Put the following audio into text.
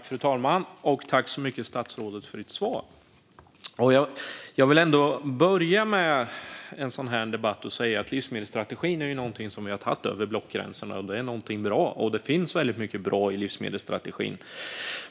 Fru talman! Jag tackar statsrådet så mycket för svaret. Livsmedelsstrategin är något bra som vi har antagit över blockgränserna. Det finns väldigt mycket bra i livsmedelsstrategin.